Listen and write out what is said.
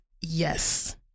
Yes